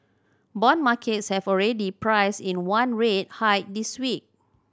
bond markets have already priced in one rate hike this week